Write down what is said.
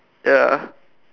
ya